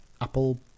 Apple